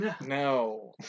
No